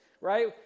right